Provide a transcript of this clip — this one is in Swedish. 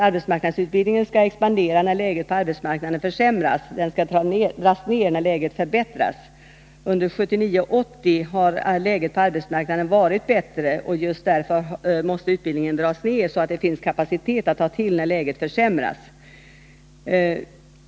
”Arbetsmarknadsutbildningen skall expandera när läget på arbetsmarknaden försämras. Den skall dras ner när läget förbättras. Under 1979/80 har juläget på arbetsmarknaden varit bättre. Just därför måste utbildningen dras ned, så att det finns en kapacitet att ta till när läget försämras.